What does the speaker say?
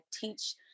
teach